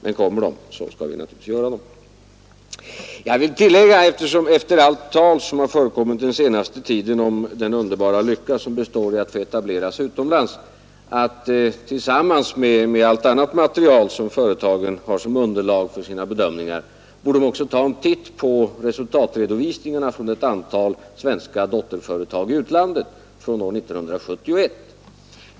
Men om det blir nödvändigt, skall vi naturligtvis ingripa. Efter allt tal som under senaste tiden förekommit om den underbara lyckan i att etablera sig utomlands vill jag tillägga, att tillsammans med allt annat material som företagen har som underlag för sina bedömningar borde de också ta en titt på resultatredovisningarna från 1971 för ett antal svenska dotterföretag i utlandet.